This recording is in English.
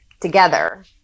together